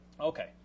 Okay